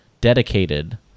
dedicated